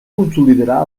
consolidarà